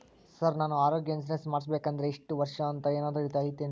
Sir ನಾನು ಆರೋಗ್ಯ insurance ಮಾಡಿಸ್ಬೇಕಂದ್ರೆ ಇಷ್ಟ ವರ್ಷ ಅಂಥ ಏನಾದ್ರು ಐತೇನ್ರೇ?